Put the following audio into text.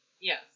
Yes